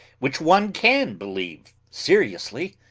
which one can believe seriously.